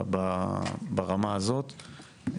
ברמה הזאת,